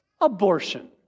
Abortion